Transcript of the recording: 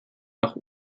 nach